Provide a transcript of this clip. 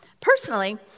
Personally